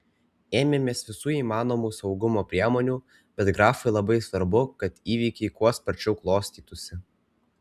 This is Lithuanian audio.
ėmėmės visų įmanomų saugumo priemonių bet grafui labai svarbu kad įvykiai kuo sparčiau klostytųsi